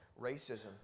racism